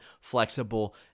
flexible